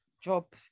job